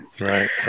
Right